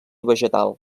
vegetal